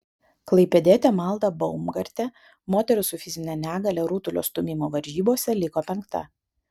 klaipėdietė malda baumgartė moterų su fizine negalia rutulio stūmimo varžybose liko penkta